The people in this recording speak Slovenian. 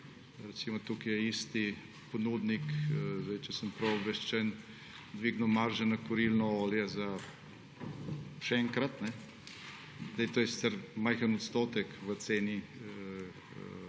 Recimo tukaj je isti ponudnik, če sem prav obveščen, dvignil marže na kurilno olje za še enkrat. To je majhen odstotek v ceni, v